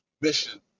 mission